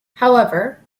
however